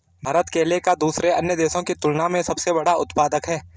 भारत केले का दूसरे अन्य देशों की तुलना में सबसे बड़ा उत्पादक है